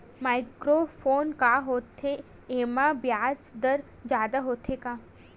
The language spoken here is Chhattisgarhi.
माइक्रो लोन का होथे येमा ब्याज दर जादा होथे का?